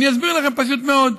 אני אסביר לכם: פשוט מאוד,